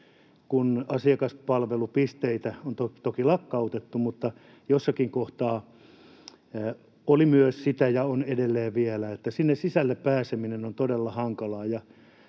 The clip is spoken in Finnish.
— asiakaspalvelupisteitä on toki lakkautettu — joissakin kohtaa oli myös sitä ja on edelleen, että sinne sisälle pääseminen on todella hankalaa,